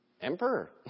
Emperor